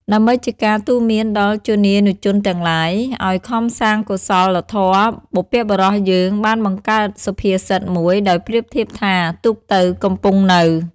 ដើម្បីជាការទូន្មានដល់ជនានុជនទាំងឡាយ ឲ្យខំសាងកុសលធម៌ បុព្វបុរសយើងបានបង្កើតសុភាសិតមួយដោយប្រៀបធៀបថា ទូកទៅ កំពង់នៅ។